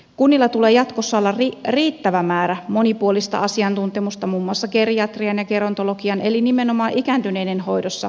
kunnilla tulee jatkossa olla riittävä määrä monipuolista asiantuntemusta muun muassa geriatrian ja gerontologian eli nimenomaan ikääntyneiden hoidossa